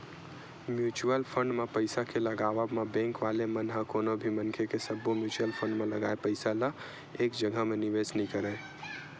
mutual fund म पइसा के लगावब म बेंक वाले मन ह कोनो भी मनखे के सब्बो म्युचुअल फंड म लगाए पइसा ल एक जघा म निवेस नइ करय